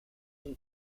donc